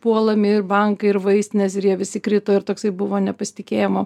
puolami ir bankai ir vaistinės ir jie visi krito ir toksai buvo nepasitikėjimo